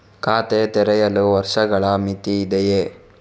ಖಾತೆ ತೆರೆಯಲು ವರ್ಷಗಳ ಮಿತಿ ಇದೆಯೇ?